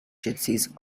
gypsies